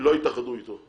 לא התאחדו אתו.